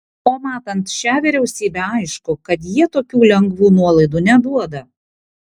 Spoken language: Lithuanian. o matant šią vyriausybę aišku kad jie tokių lengvų nuolaidų neduoda